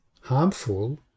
harmful